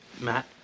Matt